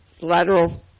lateral